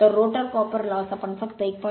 तर rotor copper loss आपण फक्त 1